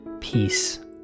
peace